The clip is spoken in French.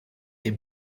est